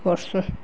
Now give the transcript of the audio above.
କର୍ସୁଁ